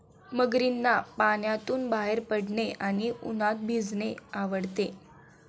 मगरींना पाण्यातून बाहेर पडणे आणि उन्हात भिजणे आवडते